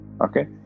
okay